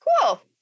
Cool